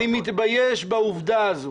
אני מתבייש בעובדה הזאת.